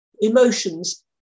emotions